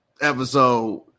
episode